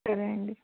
సరే అండి